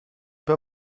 pas